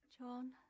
John